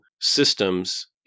systems